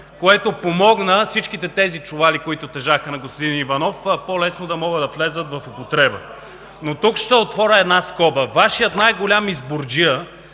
който помогна всички тези чували, които тежаха на господин Иванов, по-лесно да могат да влязат в употреба. Тук ще отворя една скоба: Вашият най голям изборджия